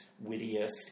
wittiest